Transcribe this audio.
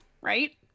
right